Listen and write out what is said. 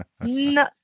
no